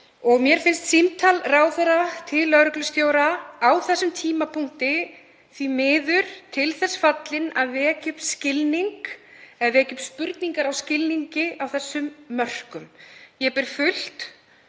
Mér finnst símtal ráðherra til lögreglustjóra á þessum tímapunkti því miður til þess fallið að vekja upp spurningar á skilningi á þessum mörkum. Ég ber fullt